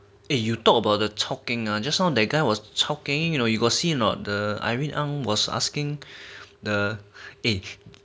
eh you talk about the chao keng ah just sound a guy was chao kenging you know you got see not the irene ang was asking the age